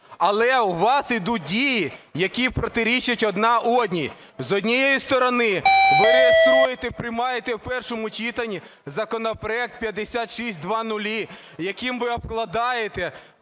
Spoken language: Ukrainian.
Але у вас ідуть дії, які протирічать одна одній. З однієї сторони, ви реєструєте, приймаєте в першому читанні законопроект 5600, яким ви обкладаєте